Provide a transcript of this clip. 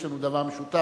יש לנו דבר משותף: